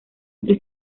entre